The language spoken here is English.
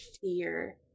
fear